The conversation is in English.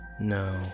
No